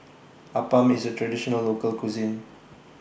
Appam IS A Traditional Local Cuisine